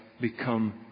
become